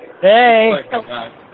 Hey